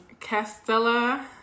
Castella